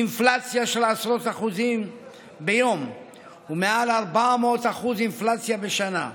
אינפלציה של עשרות אחוזים ביום ומעל 400% אינפלציה בשנה,